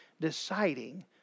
deciding